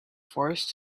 forced